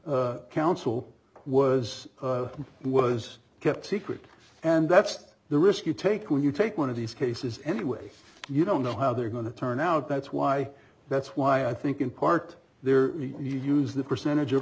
council was and was kept secret and that's the risk you take when you take one of these cases anyway you don't know how they're going to turn out that's why that's why i think in part there you use the percentage of